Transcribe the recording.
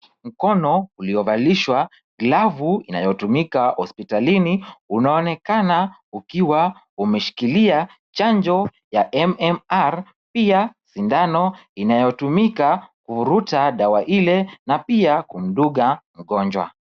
Mkono uliovalishwa glavu inayotumika hospitalini, unaonekana ukiwa umeshikilia chanjo ya MMR,pia shindano inayotumika kuvuruta dawa ile na pia kumudunga mgonja.